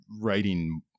writing